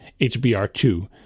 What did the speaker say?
HBR2